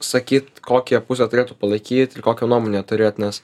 sakyt kokią pusę turėtų palaikyt ir kokią nuomonę turėt nes